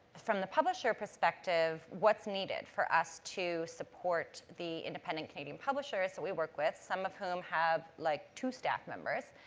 from the publisher perspective, what's needed for us to support the independent canadian publishers that we work with, some of whom have like two staff members,